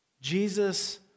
Jesus